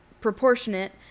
proportionate